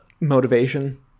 motivation